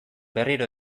berriro